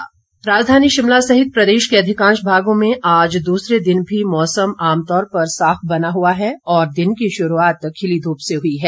मौसम राजधानी शिमला सहित प्रदेश के अधिकांश भागों में आज दूसरे दिन भी मौसम आमतौर पर साफ बना हुआ है और दिन की शुरूआत खिली धूप से हुई है